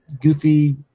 goofy